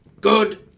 Good